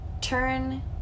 Turn